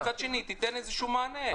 מצד שני תיתן איזשהו מענה.